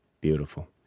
beautiful